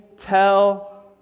Tell